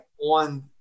on